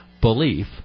belief